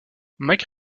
mike